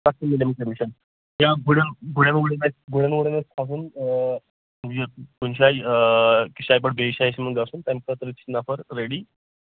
تَتھ تہِ میلوٕ کٔمِشن یا گُرٮ۪ن وُرٮ۪ن آسہِ گُرٮ۪ن وُرٮ۪ن کھسُن یہِ کُنہِ جایہِ أکِس جایہِ پٮ۪ٹھ بیٚیِس جایہِ یِمن گژھُن تَمہِ خٲطرٕ چھُ نَفر ریٚڈی